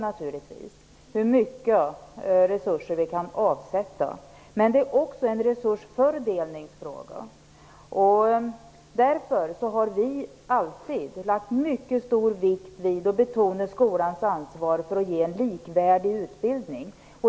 Det handlar om hur mycket resurser vi kan avsätta. Men det är också en resursfördelningsfråga. Därför har vi alltid lagt mycket stor vikt vid och betonat skolans ansvar för att ge en likvärdig utbildning.